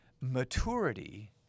Maturity